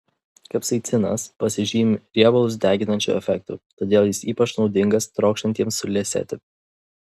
kapsaicinas pasižymi riebalus deginančiu efektu todėl jis ypač naudingas trokštantiems suliesėti